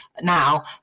now